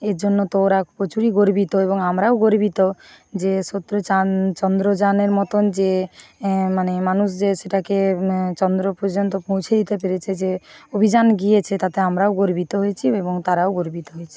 এর জন্য তো ওরা প্রচুরই গর্বিত এবং আমরাও গর্বিত যে শত্রু চান চন্দ্রযানের মতন যে মানে মানুষ যে সেটাকে চন্দ্র পর্যন্ত পৌঁছে দিতে পেরেছে যে অভিযান গিয়েছে তাতে আমরাও গর্বিত হয়েছি এবং তারাও গর্বিত হয়েছে